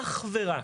אך ורק,